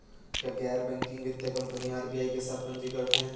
क्या गैर बैंकिंग वित्तीय कंपनियां आर.बी.आई के साथ पंजीकृत हैं?